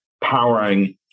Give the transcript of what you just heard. powering